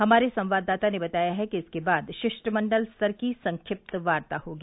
हमारे संवाददाता ने बताया है कि इसके बाद शिष्टमंडल स्तर की संक्षिप्त वार्ता होगी